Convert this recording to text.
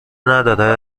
نداره